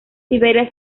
siberia